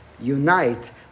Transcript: unite